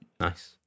Nice